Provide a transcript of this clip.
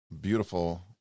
beautiful